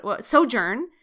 sojourn